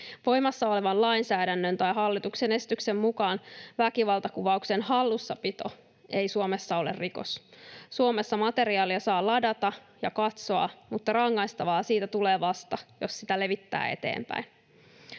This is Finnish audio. Voimassa olevan lainsäädännön tai hallituksen esityksen mukaan väkivaltakuvauksen hallussapito ei Suomessa ole rikos. Suomessa materiaalia saa ladata ja katsoa, mutta rangaistavaa siitä tulee vasta, jos sitä levittää eteenpäin,